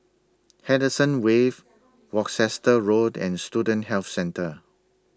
Henderson Wave Worcester Road and Student Health Centre